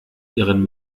ihren